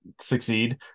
succeed